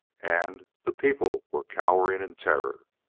and the people were cowering in terror.